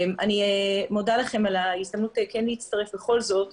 אני מודה לכם על ההזדמנות להצטרף בכל זאת לדיון.